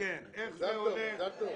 מזל טוב.